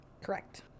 Correct